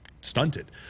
stunted